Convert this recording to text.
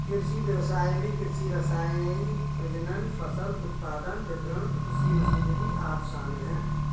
कृषि व्ययसाय में कृषि रसायन, प्रजनन, फसल उत्पादन, वितरण, कृषि मशीनरी आदि शामिल है